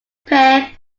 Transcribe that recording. pair